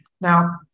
Now